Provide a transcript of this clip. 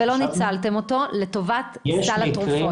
ולא ניצלתם אותו לטובת סל התרופות.